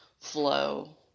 flow